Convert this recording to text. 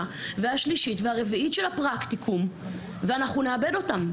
והשלישית והרביעית של הפרקטיקום ואנחנו נאבד אותם.